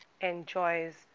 enjoys